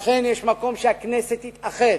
לכן יש מקום שהכנסת תתאחד.